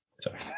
Sorry